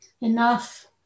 Enough